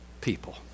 people